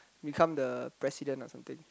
become the president or something